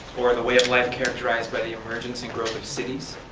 or, the way of life characterized by the emergence and growth of cities,